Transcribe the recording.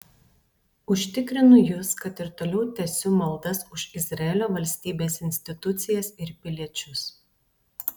užtikrinu jus kad ir toliau tęsiu maldas už izraelio valstybės institucijas ir piliečius